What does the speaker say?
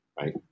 right